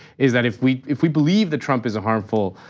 is that if we if we believe that trump is a harmful